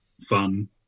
fun